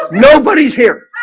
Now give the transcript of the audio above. nobody's here